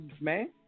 man